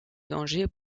dangers